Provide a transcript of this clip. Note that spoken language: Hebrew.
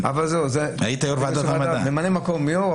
ממלא מקום היו"ר,